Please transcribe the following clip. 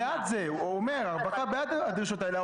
הוא אומר שהרווחה בעד הדרישות האלה,